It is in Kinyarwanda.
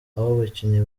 abakinnyi